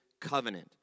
covenant